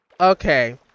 okay